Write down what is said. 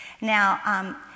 Now